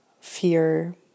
fear